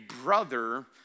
brother